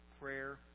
prayer